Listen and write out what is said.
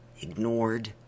ignored